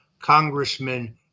Congressman